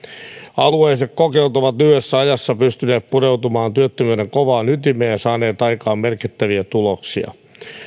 alueelliset kokeilut ovat lyhyessä ajassa pystyneet pureutumaan työttömyyden kovaan ytimeen ja saaneet aikaan merkittäviä tuloksia